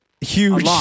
huge